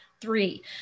three